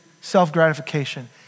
self-gratification